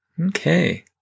Okay